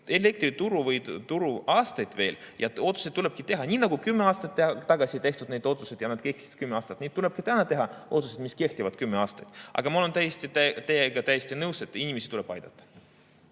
elektriturgu veel aastaid. Otsused tulebki teha nii nagu kümme aastat tagasi tehtud otsused, mis kehtisid kümme aastat, ja nii tuleb ka täna teha otsused, mis kehtivad kümme aastat. Aga ma olen teiega täiesti nõus, et inimesi tuleb aidata.